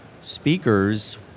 speakers